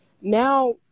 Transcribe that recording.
now